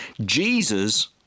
Jesus